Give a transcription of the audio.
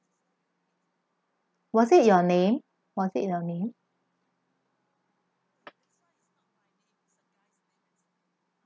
was it your name was it your name